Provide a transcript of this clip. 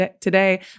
today